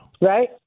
Right